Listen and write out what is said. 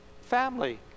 family